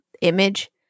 image